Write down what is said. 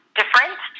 different